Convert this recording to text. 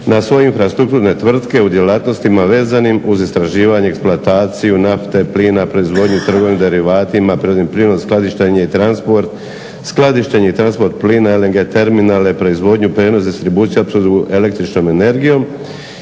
na svoje infrastrukturne tvrtke u djelatnostima vezanim uz istraživanje, eksploataciju nafte, plina, proizvodnju, drvnim derivatima, … transport, skladištenje i transport plina, … terminalne, proizvodnju, prijenos, distribuciju, opskrbu električnom energijom